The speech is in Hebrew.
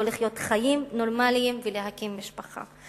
לחיות חיים נורמליים ולהקים משפחה.